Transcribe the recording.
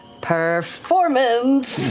performance!